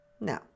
no